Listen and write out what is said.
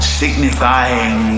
signifying